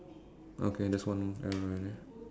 okay that's one error there